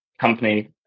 company